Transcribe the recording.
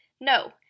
No